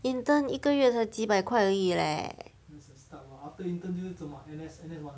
intern 一个月才几百块而已 leh